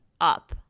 up